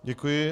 Děkuji.